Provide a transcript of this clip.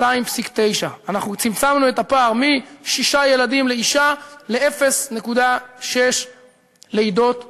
2.9. צמצמנו את הפער משישה ילדים לאישה ל-0.6 לידות לאישה.